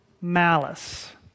malice